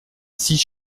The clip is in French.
six